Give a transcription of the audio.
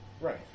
Right